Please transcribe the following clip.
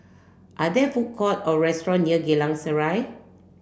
are there food court or restaurant near Geylang Serai